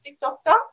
doctor